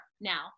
now